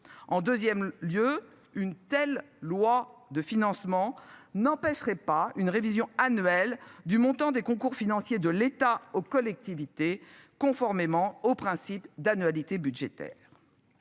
En 2ème lieu une telle loi de financement n'empêcherait pas une révision annuelle du montant des concours financiers de l'État aux collectivités, conformément au principe d'annualité budgétaire.